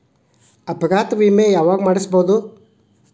ಅಪಘಾತ ವಿಮೆ ಯಾವಗ ಮಾಡಿಸ್ಬೊದು?